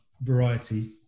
variety